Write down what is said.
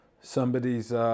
somebody's